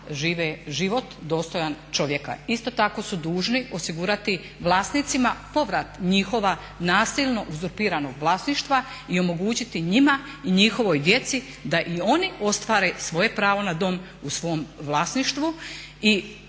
žive život dostojan čovjeka. Isto tako su dužni osigurati vlasnicima povrat njihova nasilno uzurpiranog vlasništva i omogućiti njima i njihovoj djeci da i oni ostvare svoje pravo na dom u svom vlasništvu.